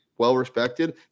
well-respected